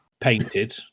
painted